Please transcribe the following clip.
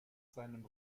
seinem